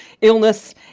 illness